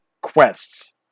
quests